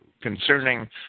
concerning